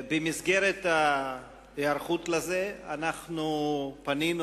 במסגרת ההיערכות לזה פניתי,